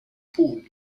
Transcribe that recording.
poll